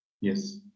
Yes